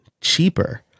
cheaper